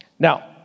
Now